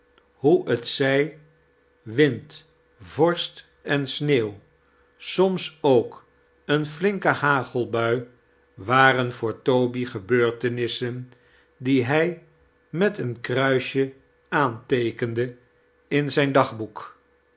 hoe t zij wind vorst en sneeuw soms ook eene flinke hagelbui waren voor toby gebeurtenissen die hij met een kruisje aanteekende in zijn dagboek